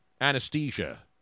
anesthesia